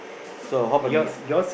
so how about the